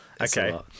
Okay